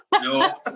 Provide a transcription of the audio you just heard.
No